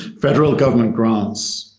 federal government grants,